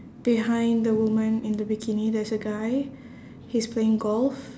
behind the woman in the bikini there's a guy he's playing golf